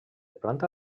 planta